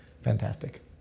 fantastic